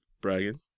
Bragging